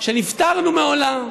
שנפטרנו מעולה,